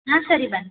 ಹಾಂ ಸರಿ ಬನ್ನಿ